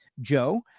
Joe